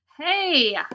Hey